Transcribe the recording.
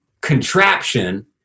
contraption